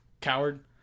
Coward